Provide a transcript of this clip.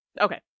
Okay